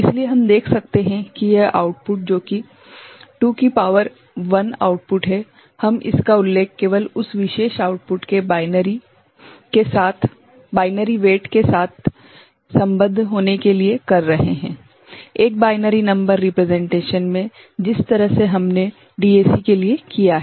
इसलिए हम देख सकते हैं कि यह आउटपुट जो कि 2 की शक्ति 1 आउटपुट है हम इसका उल्लेख केवल उस विशेष आउटपुट के बाइनरी वेट के साथ संबद्ध होने के लिए कर रहे है एक बाइनरी नंबर रिप्रेसेंटेशनमें जिस तरह से हमने डीएसी के लिए किया है